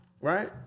Right